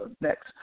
next